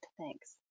thanks